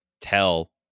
tell